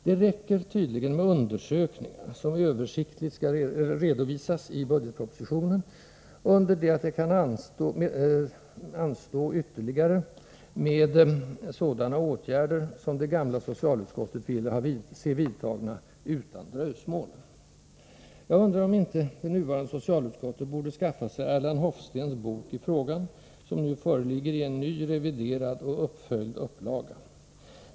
Det räcker tydligen med ”undersökningar”, som översiktligt redovisas i budgetpropositionen, under det att det kan anstå ytterligare med sådana åtgärder som det gamla socialutskottet ville se vidtagna ”utan dröjsmål”. Jag undrar om inte det nuvarande socialutskottet borde skaffa sig Erland Hofstens bok i frågan, som nu föreligger i en ny, reviderad och uppföljd upplaga.